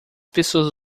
pessoas